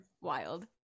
Wild